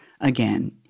again